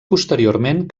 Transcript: posteriorment